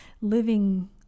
living